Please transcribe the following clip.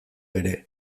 ere